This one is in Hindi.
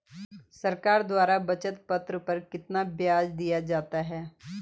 सरकार द्वारा बचत पत्र पर कितना ब्याज दिया जाता है?